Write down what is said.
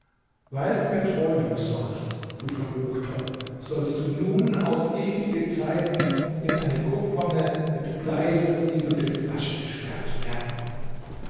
weil du mir treulos warst du verruchter sollst du nun auf ewige zeiten in eine kupferne mit blei versiegelte flasche gesperrt werden